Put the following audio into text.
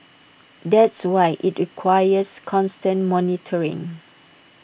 that's why IT requires constant monitoring